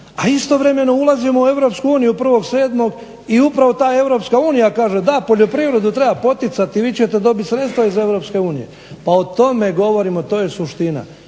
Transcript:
a istovremeno ulazimo u EU 1.7. i upravo ta EU kaže da poljoprivredu treba poticati, vi ćete dobiti sredstva iz EU. Pa o tome govorimo. To je suština